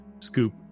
scoop